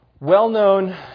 Well-known